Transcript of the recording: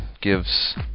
gives